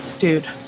Dude